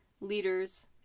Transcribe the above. leaders